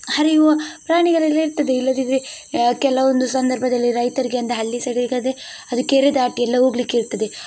ಹರಿಯುವ ಪ್ರಾಣಿಗಳೆಲ್ಲ ಇರ್ತದೆ ಇಲ್ಲದಿದ್ದರೆ ಕೆಲವೊಂದು ಸಂದರ್ಭದಲ್ಲಿ ರೈತರಿಗೆಂದರೆ ಹಳ್ಳಿ ಸೈಡಿಗಾದೆ ಅದು ಕೆರೆ ದಾಟಿ ಎಲ್ಲ ಹೋಗ್ಲಿಕ್ಕಿರ್ತದೆ